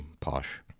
posh